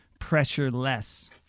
pressureless